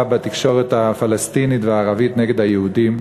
בתקשורת הפלסטינית והערבית נגד היהודים,